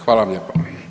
Hvala vam lijepo.